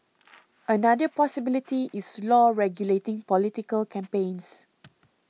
another possibility is law regulating political campaigns